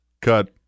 cut